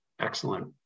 excellent